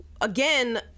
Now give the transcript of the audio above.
Again